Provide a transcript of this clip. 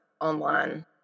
online